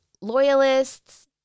loyalists